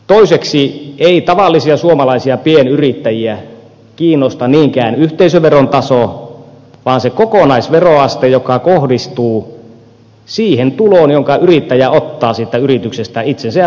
toiseksi ei tavallisia suomalaisia pienyrittäjiä kiinnosta niinkään yhteisöveron taso vaan se kokonaisveroaste joka kohdistuu siihen tuloon jonka yrittäjä ottaa siitä yrityksestä itsensä ja perheensä elättämiseen